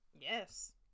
Yes